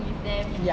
ya